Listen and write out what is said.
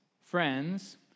Friends